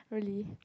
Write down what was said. really